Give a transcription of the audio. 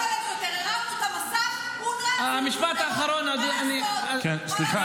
היינו יכולים להתמודד בצורה אחרת עם הטיעון הזה -- הכול הם ידעו,